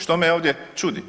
Što me ovdje čudi?